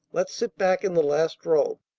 let's sit back in the last row.